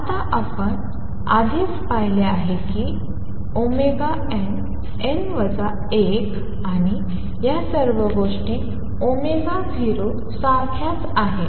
आता आपण आधीच पाहिले आहे की nn 1 आणि या सर्व गोष्टी 0 सारख्याच आहेत